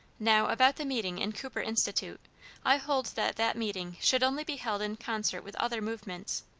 now, about the meeting in cooper institute i hold that that meeting should only be held in concert with other movements.